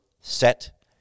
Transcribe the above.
set